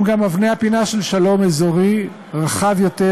הם גם אבני הפינה של שלום אזורי רחב יותר